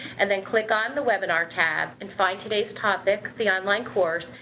and then click on the webinar tab, and find today's topic, the online course,